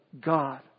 God